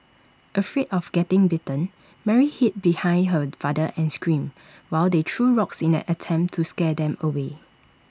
afraid of getting bitten Mary hid behind her father and screamed while the threw rocks in an attempt to scare them away